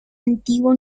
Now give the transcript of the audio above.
antigua